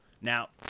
now